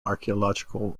archaeological